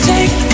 Take